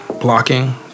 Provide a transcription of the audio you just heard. Blocking